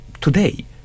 today